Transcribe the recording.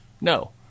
No